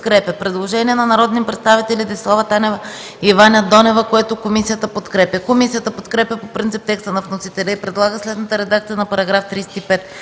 Предложение от народните представители Десислава Танева и Ваня Донева, което комисията подкрепя. Комисията подкрепя по принцип текста на вносителя и предлага следната редакция на § 35,